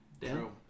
true